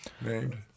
named